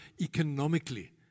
economically